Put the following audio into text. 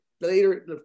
later